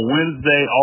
Wednesday